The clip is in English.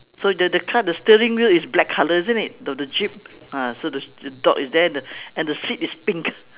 so the the car the steering wheel is black colour isn't it the the jeep ah so the the dog is there and the and the seat is pink